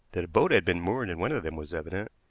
that a boat had been moored in one of them was evident,